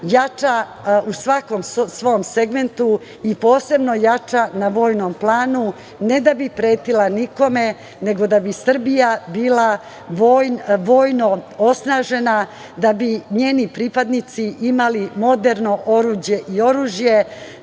jača u svakom svom segmentu, i posebno jača na vojnom planu, ne da bi pretila nikome, nego da bi Srbija bila vojno osnažena i da bi njeni pripadnici imali moderno oruđe i oružje,